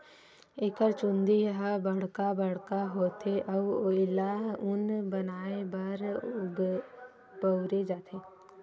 एकर चूंदी ह बड़का बड़का होथे अउ एला ऊन बनाए बर बउरे जाथे